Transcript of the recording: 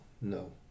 no